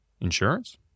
Insurance